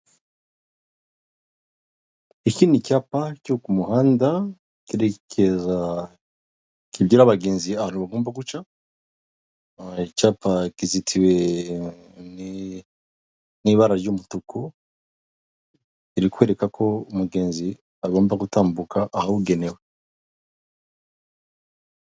Iki ni icyapa cyo ku muhanda cyerekeza ,kibwira abagenzi ahantu bagomba guca, icyapa kizitiwe n'ibara ry'umutuku rikwereka ko umugenzi agomba gutambuka ahabugenewe.